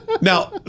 Now